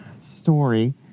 story